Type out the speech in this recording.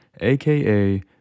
aka